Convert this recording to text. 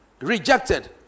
Rejected